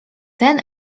ten